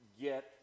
get